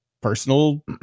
personal